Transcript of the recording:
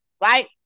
right